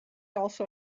also